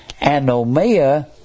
anomia